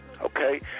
Okay